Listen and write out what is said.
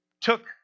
took